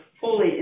fully